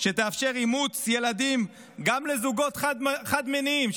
שתאפשר אימוץ ילדים גם לזוגות חד-מיניים.